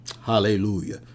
Hallelujah